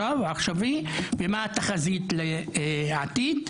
העכשווי ואת התחזית לעתיד.